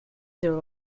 their